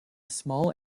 small